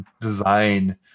design